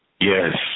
Yes